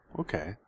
okay